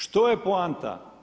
Što je poanta?